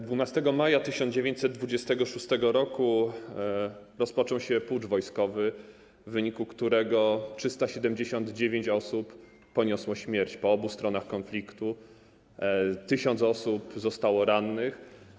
12 maja 1926 r. rozpoczął się pucz wojskowy, w wyniku którego 379 osób poniosło śmierć, po obu stronach konfliktu, 1 tys. osób zostało rannych.